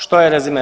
Što je rezime?